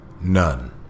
None